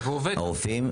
הרופאים,